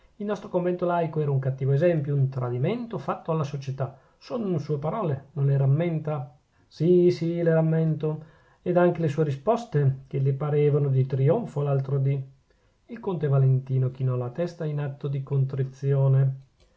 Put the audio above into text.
il nostro convento laico era un cattivo esempio un tradimento fatto alla società son sue parole non le rammenta sì sì le rammento ed anche le sue risposte che le parevano di trionfo l'altro dì il conte valentino chinò la testa in atto di contrizione